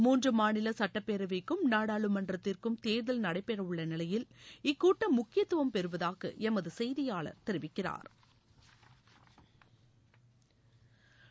மூன்று மாநில சட்டப்பேரவைக்கும் நாடாளுமன்றத்திற்கும் தேர்தல் நடைபெறவுள்ள நிலையில் இக்கூட்டம் முக்கியத்துவம் பெறுவதாக எமது செய்தியாளா் தெரிவிக்கிறாா்